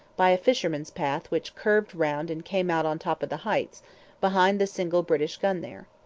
by a fisherman's path which curved round and came out on top of the heights behind the single british gun there.